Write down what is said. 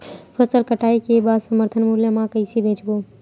फसल कटाई के बाद समर्थन मूल्य मा कइसे बेचबो?